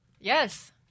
Yes